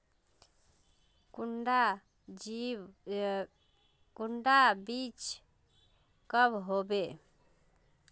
कुंडा बीज कब होबे?